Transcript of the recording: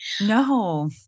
No